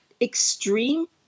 extreme